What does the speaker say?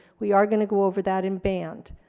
we are going to go over that in band,